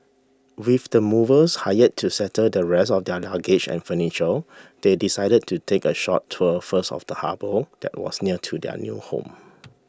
with the movers hired to settle the rest of their luggage and furniture they decided to take a short tour first of the harbour that was near to their new home